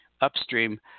upstream